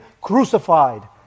crucified